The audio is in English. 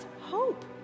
hope